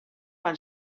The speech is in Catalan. van